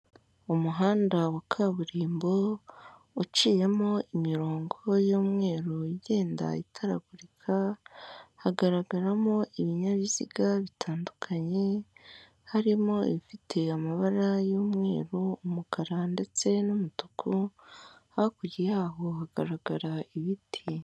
Umuhanda wa kaburimbo uciyemo imirongo y'umweru igenda itaragurika, hagaragaramo ibinyabiziga bitandukanye, harimo ibifite amabara y'umweru, umukara, ndetse n'umutku, hakurya y'aho hagaragara ibiti.